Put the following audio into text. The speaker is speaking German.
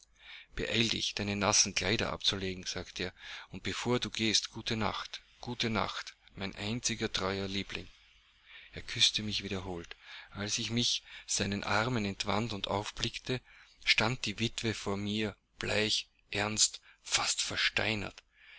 dich deine nassen kleider abzulegen sagte er und bevor du gehst gute nacht gute nacht mein einziger teurer liebling er küßte mich wiederholt als ich mich seinen armen entwand und aufblickte stand die witwe vor mir bleich ernst fast versteinert